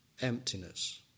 emptiness